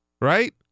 right